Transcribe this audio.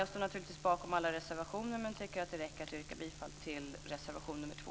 Jag står naturligtvis bakom alla våra reservationer men tycker att det räcker att yrka bifall till reservation 2.